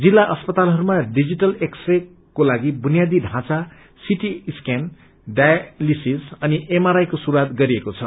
जिल्ल अस्पतालहरूमा digital X ray को लागि बुनियाद ढाँचा सिटी स्क्यानडायलिसिस अनि एमआरआद् को शुरूआत गरिएको छ